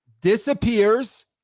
disappears